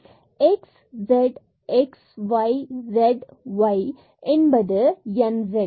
x z x y z y என்பது n z